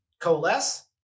coalesce